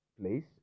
place